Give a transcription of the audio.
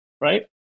Right